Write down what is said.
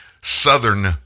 Southern